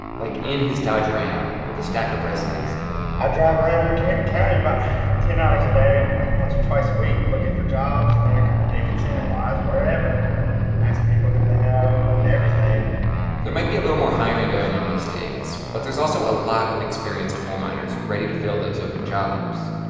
like in his dodge ram with a stack of resumes i drive around buchanan county about ten hours a day about once or twice a week looking for jobs. and then i come to dickenson and wise, wherever ask people who they know and everything there might be a little more hiring going on these days, but there's also a lot of experienced coal miners ready to fill those open jobs.